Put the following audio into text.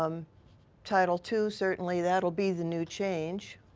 um title two certainly that will be the new change.